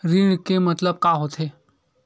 ऋण के मतलब का होथे?